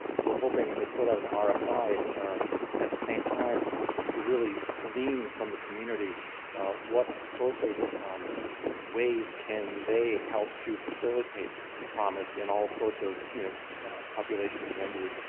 we're hoping and they put out an ah rfi at the same time to really glean from the community what sorts of ways can they help to facilitate promis in all sorts of you know populations, venues,